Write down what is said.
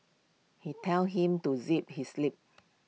he tell him to zip his lip